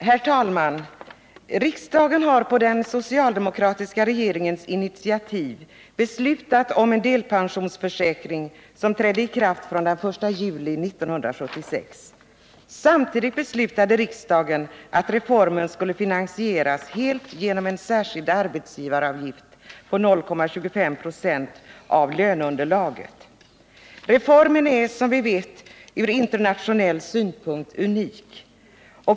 Herr talman! Riksdagen har på den socialdemokratiska regeringens initiativ beslutat om en delpensionsförsäkring som trädde i kraft från 1 juli 1976. Samtidigt beslutade riksdagen att reformen skulle finansieras helt genom en särskild arbetsgivaravgift på 0,25 96 av löneunderlaget. Reformen är som vi vet unik från internationell synpunkt.